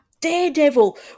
Daredevil